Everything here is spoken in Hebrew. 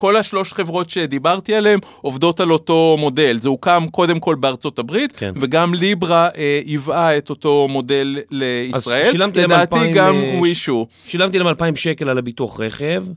כל השלוש חברות שדיברתי עליהן עובדות על אותו מודל, זה הוקם קודם כל בארצות הברית וגם ליברה ייבאה את אותו מודל לישראל. אז שילמתי להם אלפיים שקל על הביטוח רכב.